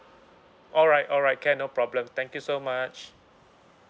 alright alright can no problem thank you so much